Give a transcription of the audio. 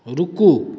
रुकू